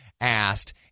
asked